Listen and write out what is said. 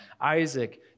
Isaac